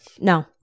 No